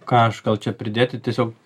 ką aš gal čia pridėti tiesiog